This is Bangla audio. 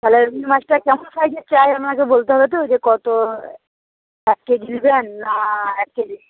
তাহলে রুই মাছটা কেমন সাইজের চাই আমাকে বলতে হবে তো যে কত এক কেজি নেবেন না এক কেজি